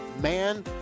man